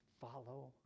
Follow